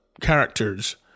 characters